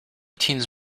teens